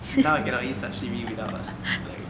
now I cannot eat sashimi without like